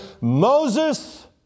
moses